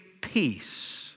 peace